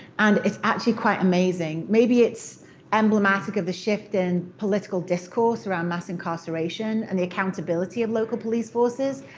and it's actually quite amazing. maybe it's emblematic of the shift in political discourse around mass incarceration and the accountability of local police forces,